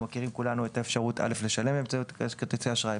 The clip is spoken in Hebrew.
כולנו מכירים את האפשרות לשלם באמצעות כרטיסי אשראי,